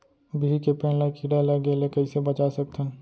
बिही के पेड़ ला कीड़ा लगे ले कइसे बचा सकथन?